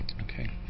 Okay